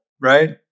right